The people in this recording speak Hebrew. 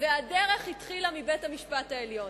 והדרך התחילה מבית-המשפט העליון.